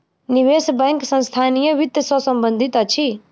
निवेश बैंक संस्थानीय वित्त सॅ संबंधित अछि